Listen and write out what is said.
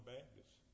Baptists